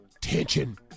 Tension